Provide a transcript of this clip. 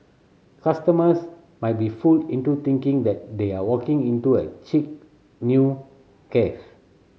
customers might be fooled into thinking that they are walking into a chic new cafe